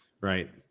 Right